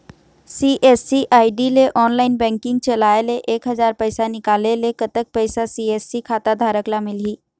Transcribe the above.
CSC ID ले online banking चलाए ले एक हजार पैसा निकाले ले कतक पैसा सी.एस.सी खाता धारक ला मिलही?